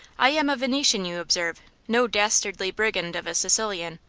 i am a venetian, you observe no dastardly brigand of a sicilian.